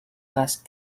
race